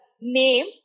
name